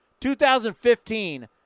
2015